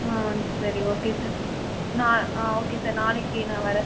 ஆ சரி okay sir நான் ஆ ஓகே சார் நாளைக்கு நான் வரேன் சார்